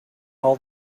all